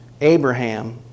Abraham